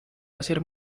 hacer